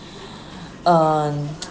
uh